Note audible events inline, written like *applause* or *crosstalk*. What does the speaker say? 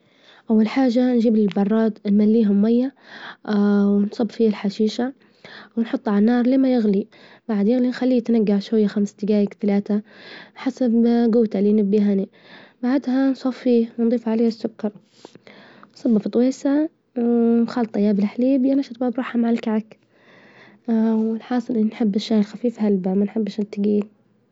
أول حاجة نجيب البراد نمليهم مية، *hesitation* ونصب فيه الحشيشة، ونحطه على النار لما يغلي، بعدين نخليه يتنجع شوية خمس دجايج تلاتة حسب ما جوته إللي نبيها أني، بعدها نصفيه، ونظيف عليه السكر، نصبه في طويسة *hesitation* نخلطه يا بالحليب يا نصبه بروحه مع الكعك، *hesitation* والحاصل إني نحب الشاي خفيف هلبا ما نحبش التجيل.